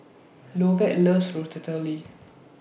Lovett loves Ratatouille